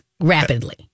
rapidly